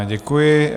Děkuji.